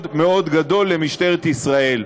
מאוד גדול למשטרת ישראל.